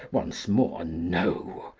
once more no,